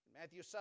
Matthew